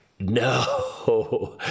No